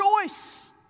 choice